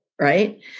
right